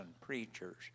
preachers